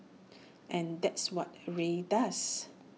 and that's what Rae does